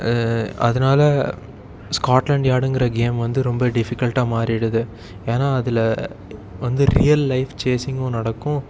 அதனால ஸ்காட்லாண்ட் யார்டுங்கிற கேம் வந்து ரொம்ப டிஃபிகல்ட்டாக மாறிவிடுது ஏன்னால் அதில் வந்து ரியல் லைஃப் சேஸிங்கும் நடக்கும்